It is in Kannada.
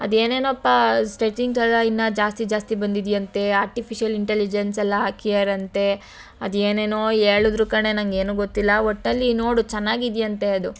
ಅದು ಏನೇನೊಪ್ಪ ಸ್ಟೆಟ್ಟಿಂಗ್ಸ್ ಎಲ್ಲ ಇನ್ನು ಜಾಸ್ತಿ ಜಾಸ್ತಿ ಬಂದಿದೆಯಂತೆ ಆರ್ಟಿಫಿಶಿಯಲ್ ಇಂಟಲಿಜೆನ್ಸ್ ಎಲ್ಲ ಹಾಕಿದಾರಂತೆ ಅದು ಏನೇನೋ ಹೇಳದ್ರು ಕಣೇ ನನಗ್ ಏನು ಗೊತ್ತಿಲ್ಲ ಒಟ್ಟಲ್ಲಿ ನೋಡು ಚೆನ್ನಾಗಿದೆಯಂತೆ ಅದು